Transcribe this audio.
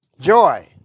Joy